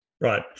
Right